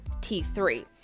t3